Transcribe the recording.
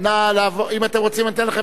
אם אתם רוצים, אתן לכם את לשכתי,